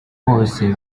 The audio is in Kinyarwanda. bose